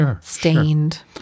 stained